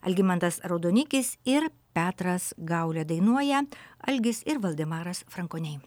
algimantas raudonikis ir petras gaulė dainuoja algis ir valdemaras frankoniai